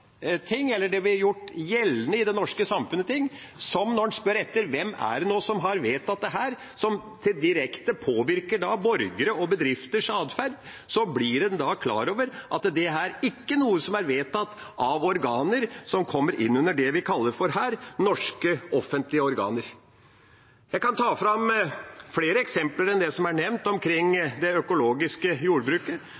norske samfunnet som – når en spør hvem det er som har vedtatt dette som direkte påvirker borgeres og bedrifters adferd – ikke er vedtatt av organer som kommer inn under det vi i forslaget kaller «norske offentlige organer». Jeg kan trekke fram flere eksempler enn det som er nevnt